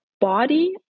body